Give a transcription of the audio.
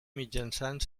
mitjançant